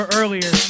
earlier